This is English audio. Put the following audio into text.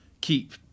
keep